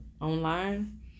online